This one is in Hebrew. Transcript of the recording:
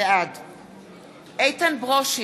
בעד איתן ברושי,